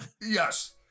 Yes